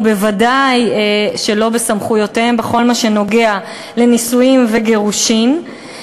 ובוודאי שלא בסמכויותיהם בכל מה שקשור לנישואין וגירושין.